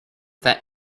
that